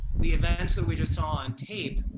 the events we just saw on tape,